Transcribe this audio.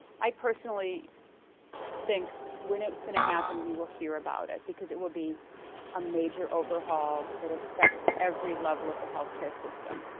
i personally think when it was going to happen we will hear about it because it will be a major overhaul that affects every level of the healthcare system,